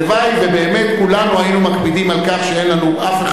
הלוואי שבאמת כולנו היינו מקפידים על כך שאין לנו אף אחד,